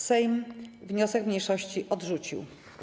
Sejm wniosek mniejszości odrzucił.